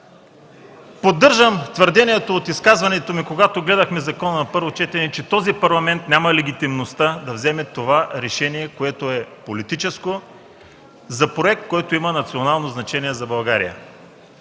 Поддържам твърдението от изказването ми, когато гледахме закона на първо четене, че този парламент няма легитимността да вземе това решение, което е политическо, за проект, който има национално значение за България.